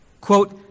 Quote